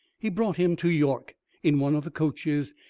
he brought him to york in one of the coaches,